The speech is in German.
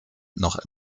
noch